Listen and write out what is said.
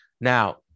Now